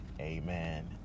Amen